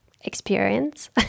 experience